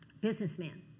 businessman